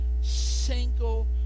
single